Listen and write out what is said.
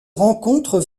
rencontre